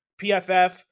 PFF